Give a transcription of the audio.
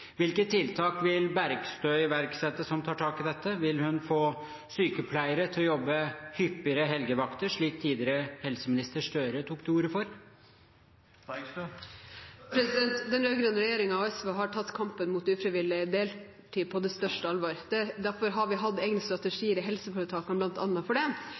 Hvilke tiltak vil Bergstø iverksette, som tar tak i dette? Vil hun få sykepleiere til å jobbe hyppigere helgevakter, slik tidligere helseminister Støre tok til orde for? Den rød-grønne regjeringen og SV har tatt kampen mot ufrivillig deltid på det største alvor, og derfor har vi hatt egne strategier i helseforetakene bl.a. for det.